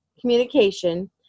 communication